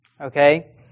okay